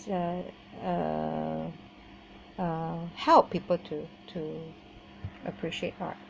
uh uh uh help people to to appreciate art